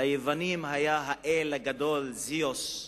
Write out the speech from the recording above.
ליוונים היה האל הגדול זאוס,